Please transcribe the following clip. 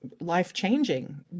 life-changing